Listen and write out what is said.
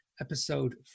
episode